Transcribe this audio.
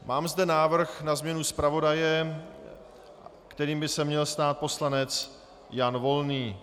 Mám zde návrh na změnu zpravodaje, kterým by se měl stát poslanec Jan Volný.